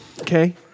Okay